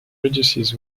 reduces